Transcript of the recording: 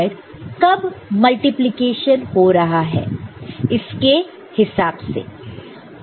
तो yz कब multiplication हो रहा है इसके हिसाब से